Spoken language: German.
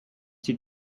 die